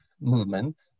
movement